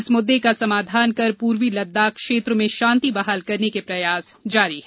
इस मुद्दे का समाधान कर पूर्वी लद्दाख क्षेत्र में शांति बहाल करने के प्रयास जारी है